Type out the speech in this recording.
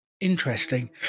Interesting